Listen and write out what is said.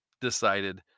decided